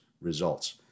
results